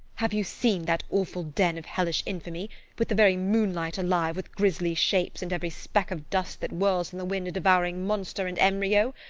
have you seen that awful den of hellish infamy with the very moonlight alive with grisly shapes, and every speck of dust that whirls in the wind a devouring monster in embryo?